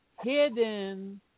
hidden